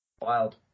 Wild